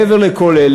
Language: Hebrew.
מעבר לכל אלה,